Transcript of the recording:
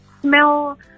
smell